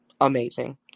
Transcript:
amazing